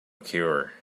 cure